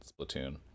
Splatoon